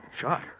shot